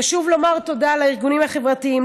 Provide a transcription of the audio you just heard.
חשוב לומר תודה לארגונים החברתיים,